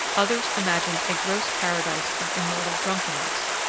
others imagined a gross paradise of immortal drunkenness.